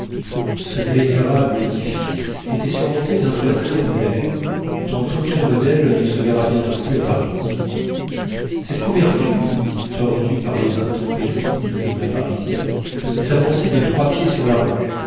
ce vénérable édifice était surmonté d'un toit triangulaire dont aucun modèle ne se verra bientôt plus à paris cette couverture tordue par les intempéries du climat parisien s'avançait de trois pieds sur la rue